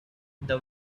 the